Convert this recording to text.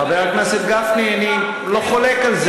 חבר הכנסת גפני, אני לא חולק על זה.